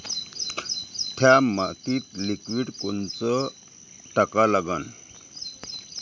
थ्या मातीत लिक्विड कोनचं टाका लागन?